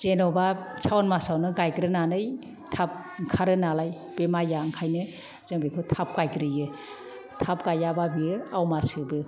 जेन'बा सावन मासयावनो गायग्रोनानै थाब ओंखारो नालाय बे माइया ओंखायनो जों बेखौ थाब गायग्रोयो थाब गाइयाबा बेयो आवमा सोबो